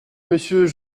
monsieur